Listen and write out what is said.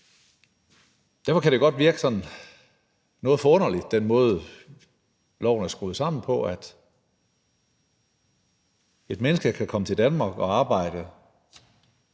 Derfor kan det godt virke noget forunderligt, altså den måde, loven er skruet sammen på, i forhold til at mennesker kan komme til Danmark og arbejde